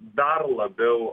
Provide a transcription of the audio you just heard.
dar labiau